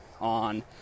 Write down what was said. on